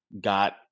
got